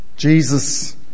Jesus